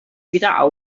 wieder